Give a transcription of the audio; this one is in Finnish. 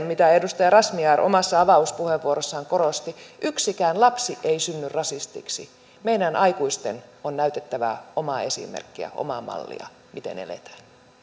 mitä edustaja razmyar omassa avauspuheenvuorossaan korosti yksikään lapsi ei synny rasistiksi meidän aikuisten on näytettävä omaa esimerkkiä omaa mallia miten eletään